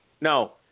No